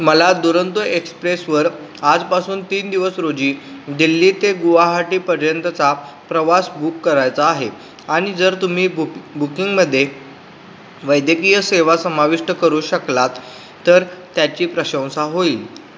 मला दुरंतो एक्सप्रेसवर आजपासून तीन दिवस रोजी दिल्ली ते गुवाहाटीपर्यंतचा प्रवास बुक करायचा आहे आणि जर तुम्ही बुक बुकिंगमध्ये वैद्यकीय सेवा समाविष्ट करू शकलात तर त्याची प्रशंसा होईल